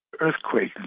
Earthquake